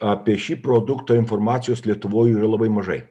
apie šį produktą informacijos lietuvoj yra labai mažai